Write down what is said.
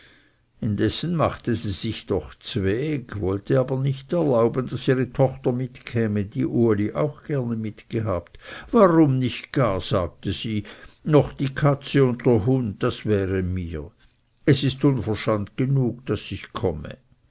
indessen machte sie sich doch zweg wollte aber nicht erlauben daß ihre tochter mitkäme die uli auch gerne mitgehabt warum nicht gar sagte sie noch die katze und der hund das wäre mir es ist uverschant genug daß ich komme